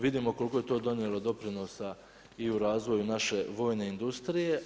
Vidimo koliko je to donijelo doprinosa i u razvoju naše vojne industrije.